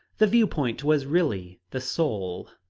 the view-point was really the soul.